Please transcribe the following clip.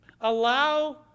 Allow